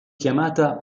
chiamata